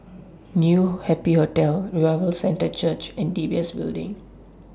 New Happy Hotel Revival Centre Church and D B S Building